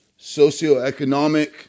socioeconomic